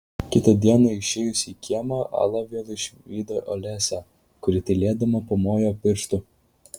kitą dieną išėjusi į kiemą ala vėl išvydo olesią kuri tylėdama pamojo pirštu